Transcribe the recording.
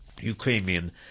Ukrainian